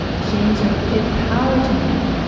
shame each other. give power to men.